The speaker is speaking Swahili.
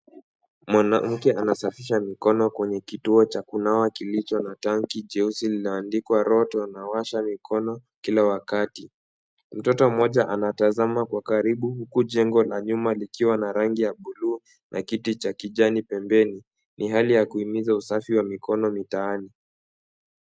Mwanamke anasafisha mikono kwenye kituo cha kunawa chenye kituo cha tanki jeusi iliyoandikwa rotto na osha mikono kila wakati. Mtoto mmoja anatazama kwa karibu huku jengo la nyuma likiwa na rangi ya buluu na kiti cha kijani pembeni. Ni hali ya kuhimiza usafi wa mikono mitaani.